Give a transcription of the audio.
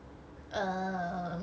um